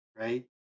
right